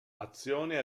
azione